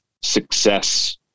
success